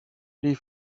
les